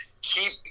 keep